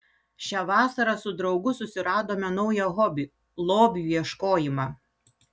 šią vasarą su draugu susiradome naują hobį lobių ieškojimą